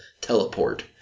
teleport